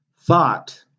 thought